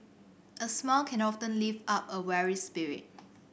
a smile can often lift up a weary spirit